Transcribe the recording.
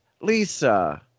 Lisa